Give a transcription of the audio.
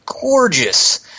gorgeous